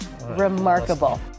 Remarkable